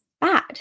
bad